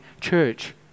Church